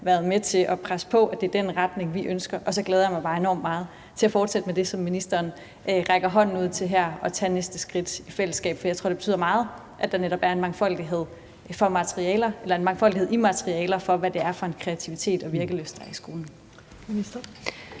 været med til at presse på for, at det er den retning, vi ønsker. Og så glæder jeg mig bare enormt meget til at fortsætte med det, som ministeren rækker hånden ud til her, nemlig at tage næste skridt i fællesskab. For jeg tror netop, det betyder meget, at der er en mangfoldighed i materialer, i forhold til hvad det er for en kreativitet og virkelyst, der er i skolen.